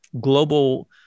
global